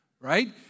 right